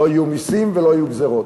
לא יהיו מסים ולא יהיו גזירות.